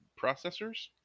processors